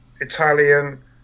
Italian